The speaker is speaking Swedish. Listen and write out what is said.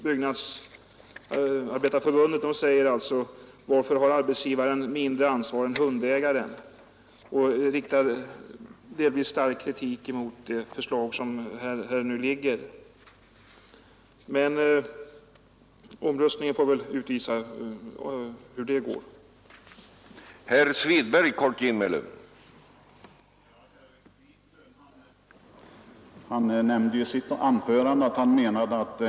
Byggnadsarbetareförbundet frågar exempelvis: varför har arbetsgivaren mindre ansvar än hundägaren? Byggnadsarbetareförbundet riktar också delvis stark kritik mot det förslag som nu föreligger. Men omröstningen får väl visa hur det går.